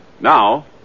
Now